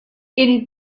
inn